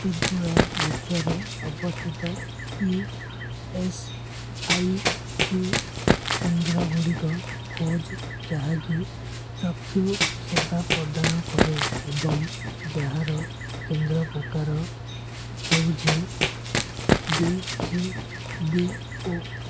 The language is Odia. ତ୍ରିପୁରା ରାଜ୍ୟରେ ଅବସ୍ଥିତ ଇ ଏସ୍ ଆଇ ସି କେନ୍ଦ୍ରଗୁଡ଼ିକ ଖୋଜ ଯାହାକି ଚକ୍ଷୁ ସେବା ପ୍ରଦାନ କରେ ଏବଂ ଯାହାର କେନ୍ଦ୍ର ପ୍ରକାର ହେଉଛି ଡ଼ି ସି ବି ଓ